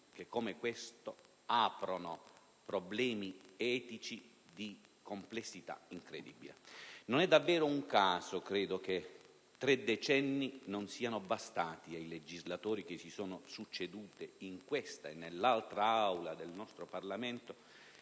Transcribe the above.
che come questo aprono problemi etici di complessità incredibile. Non è davvero un caso, credo, che tre decenni non siano bastati ai legislatori che si sono succeduti in questa e nell'altra Aula del nostro Parlamento